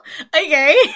okay